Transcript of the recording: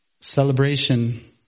celebration